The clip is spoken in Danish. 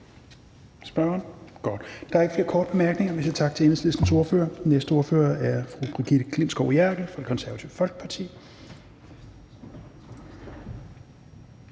Der er ikke flere korte bemærkninger. Vi siger tak til Enhedslistens ordfører. Den næste ordfører er fru Brigitte Klintskov Jerkel fra Det Konservative Folkeparti.